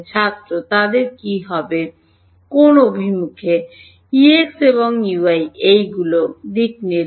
ছাত্র তাদের কী হবে অভিমুখে ছাত্র Exএবং Ey দিকনির্দেশ